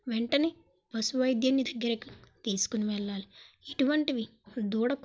వెంటనే పశు వైద్యున్ని దగ్గరకు తీసుకుని వెళ్ళాలి ఇటువంటివి దూడకు